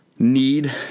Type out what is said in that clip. Need